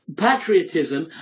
patriotism